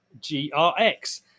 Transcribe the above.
G-R-X